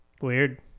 Weird